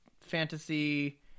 fantasy